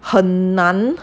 很难